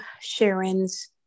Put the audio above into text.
Sharon's